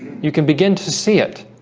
you can begin to see it